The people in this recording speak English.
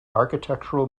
architectural